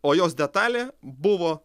o jos detalė buvo